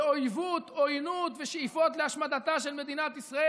באיבה, עוינות ושאיפות להשמדתה של מדינת ישראל.